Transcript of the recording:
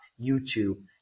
youtube